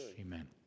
Amen